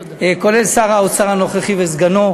כולל שר האוצר הנוכחי וסגנו,